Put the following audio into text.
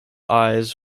eyes